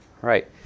Right